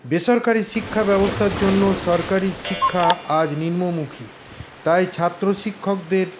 বেসরকারি শিক্ষা ব্যবস্থার জন্য সরকারি শিক্ষা আজ নিম্নমুখী তাই ছাত্র শিক্ষকদের